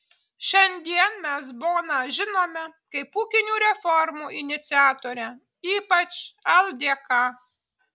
šiandien mes boną žinome kaip ūkinių reformų iniciatorę ypač ldk